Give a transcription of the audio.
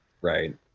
Right